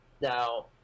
Now